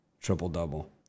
triple-double